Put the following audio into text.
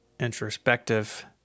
Introspective